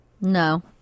No